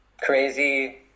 crazy